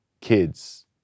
kids